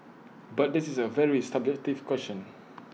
but this is A very subjective question